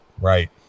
Right